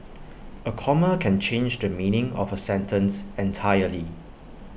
A comma can change the meaning of A sentence entirely